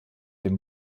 dem